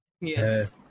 Yes